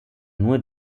nur